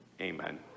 Amen